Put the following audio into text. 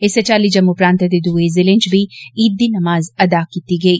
इस्सै चाल्ली जम्मू प्रान्तै दे दुए ज़िलें च बी ईद दी नमाज़ अदा कीती गेई